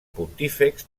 pontífex